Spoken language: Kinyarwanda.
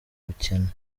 bukene